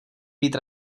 být